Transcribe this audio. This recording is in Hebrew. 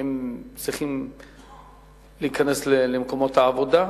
שצריכים להיכנס למקומות העבודה.